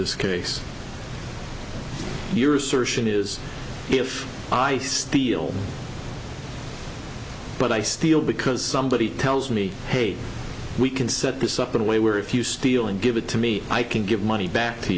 this case your assertion is if i steal but i steal because somebody tells me hate we can set this up in a way where if you steal and give it to me i can give money back to